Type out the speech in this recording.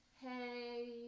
hey